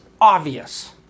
obvious